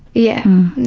yeah,